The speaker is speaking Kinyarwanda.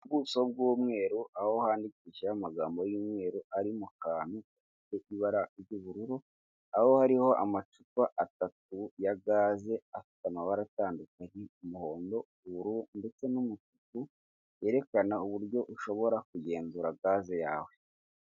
Ubuso bw'umweru aho handikishijeho amagambo y'umweru, ari mu kantu k'ibara ry'ubururu, aho hariho amacupa atatu ya gaze afite amabara atandukanye umuhondo, ubururu ndetse n'umutuku yerekana uburyo ushobora kugenzura gaze yawe.